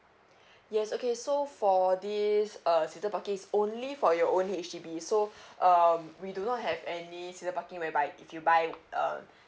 yes okay so for this uh seasoned parking is only for your own H_D_B so um we do not have any seasoned parking whereby if you buy uh